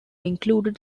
included